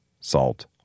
salt